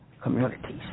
communities